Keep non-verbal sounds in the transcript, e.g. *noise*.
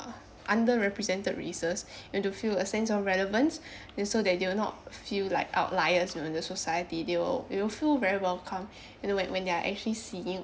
underrepresented races to feel a sense of relevance so that they will not feel like outliers you know in the society they will you know feel very welcome *breath* and when when they are actually seeing